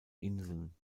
inseln